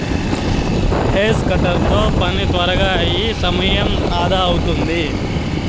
hedge cutter తో పని త్వరగా అయి సమయం అదా అవుతాది